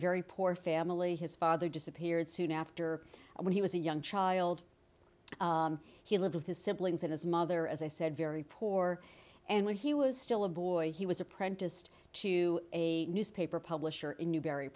very poor family his father disappeared soon after and when he was a young child he lived with his siblings and his mother as i said very poor and when he was still a boy he was apprenticed to a newspaper publisher in newb